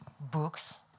books